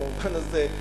במובן הזה,